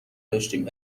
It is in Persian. داشتیم